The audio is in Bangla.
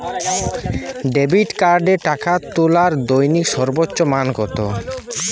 ডেবিট কার্ডে টাকা তোলার দৈনিক সর্বোচ্চ মান কতো?